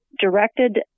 directed